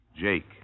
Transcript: Jake